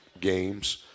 games